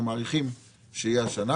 ואנחנו מעריכים שזה יהיה 265